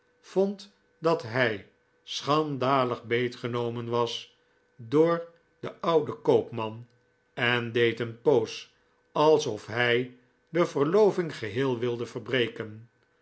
vond dat hij schandalig beetgenomen was door den ouden koopman en deed een poos alsof hij de verloving geheel wilde verbreken